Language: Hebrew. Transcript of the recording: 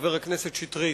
חבר הכנסת שטרית.